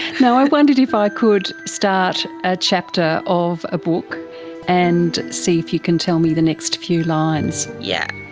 you know i wondered if i could start a chapter of a book and see if you can tell me the next few lines? yeah